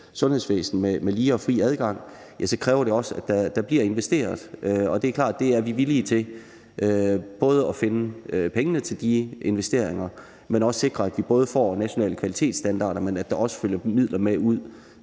sundhedsvæsen med lige og fri adgang – så kræver det også, at der bliver investeret. Og det er klart, at det er vi villige til. Det gælder både det at finde pengene til de investeringer, men også at sikre, at vi får nationale kvalitetsstandarder, og at der også følger midler med ud,